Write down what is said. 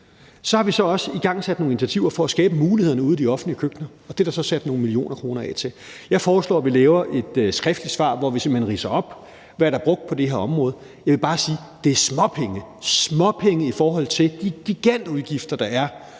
Så har vi også igangsat nogle initiativer for at skabe mulighederne ude i de offentlige køkkener, og det er der så sat nogle millioner kroner af til. Jeg foreslår, at vi laver et skriftligt svar, hvor vi simpelt hen ridser op, hvad der er brugt på det her område. Men jeg vil bare sige, at det er småpenge – småpenge – i forhold til de gigantiske udgifter, der er